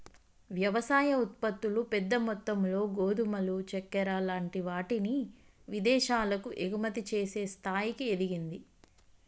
వ్యవసాయ ఉత్పత్తులు పెద్ద మొత్తములో గోధుమలు చెక్కర లాంటి వాటిని విదేశాలకు ఎగుమతి చేసే స్థాయికి ఎదిగింది